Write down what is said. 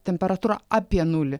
temperatūra apie nulį